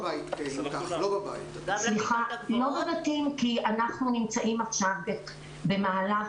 לא בבתים כי אנחנו נמצאים עכשיו במהלך